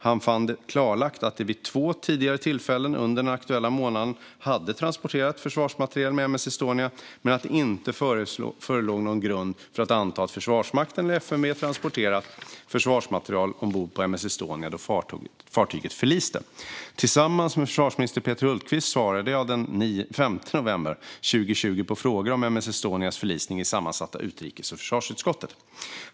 Han fann det klarlagt att det vid två tidigare tillfällen under den aktuella månaden hade transporterats försvarsmateriel med M S Estonia då fartyget förliste. Tillsammans med försvarsminister Peter Hultqvist svarade jag den 5 november 2020 på frågor om M/S Estonias förlisning i sammansatta utrikes och försvarsutskottet.